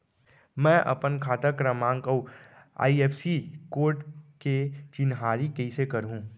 मैं अपन खाता क्रमाँक अऊ आई.एफ.एस.सी कोड के चिन्हारी कइसे करहूँ?